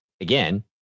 again